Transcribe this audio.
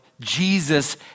Jesus